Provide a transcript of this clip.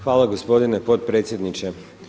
Hvala gospodine potpredsjedniče.